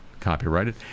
copyrighted